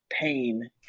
pain